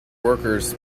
workers